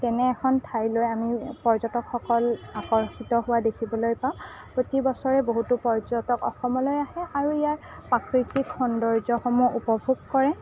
তেনে এখন ঠাইলৈ আমি পৰ্যটকসকল আকৰ্ষিত হোৱা দেখিবলৈ পাওঁ প্ৰতি বছৰে বহুতো পৰ্যটক অসমলৈ আহে আৰু ইয়াৰ প্ৰাকৃতিক সৌন্দৰ্যসমূহ উপভোগ কৰে